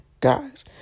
guys